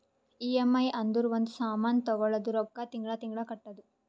EMI ಅಂದುರ್ ಒಂದ್ ಸಾಮಾನ್ ತಗೊಳದು ರೊಕ್ಕಾ ತಿಂಗಳಾ ತಿಂಗಳಾ ಕಟ್ಟದು